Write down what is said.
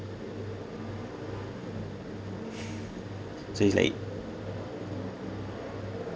so it's like